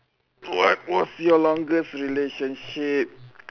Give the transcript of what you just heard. what was your longest relationship